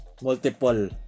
multiple